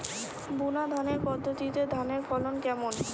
বুনাধানের পদ্ধতিতে ধানের ফলন কেমন?